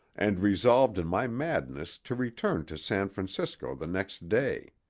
and resolved in my madness to return to san francisco the next day.